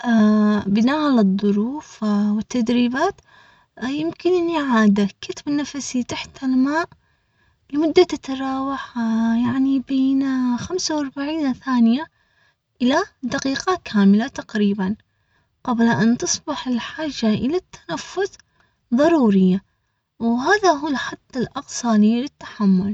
بناء على الظروف والتدريبات، يمكنني عاد كتم نفسي تحت الماء لمدة تتراوح آه يعني بين خمسة واربعين ثانية إلى دقيقة كاملة، تقريبا قبل أن تصبح الحاجة إلى التنفس.